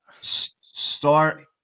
Start